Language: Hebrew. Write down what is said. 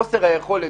חוסר היכולת,